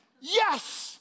yes